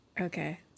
Okay